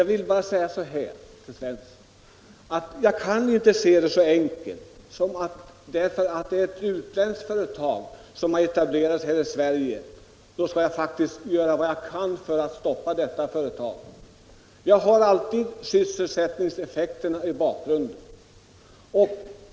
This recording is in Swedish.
Herr talman! Jag kan inte se det så enkelt, herr Svensson i Malmö, att bara därför att det är ett utländskt företag som har etablerats i Sverige så skall jag göra vad jag kan för att stoppa detta företag. Jag har alltid sysselsättningseffekterna i bakgrunden.